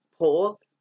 pause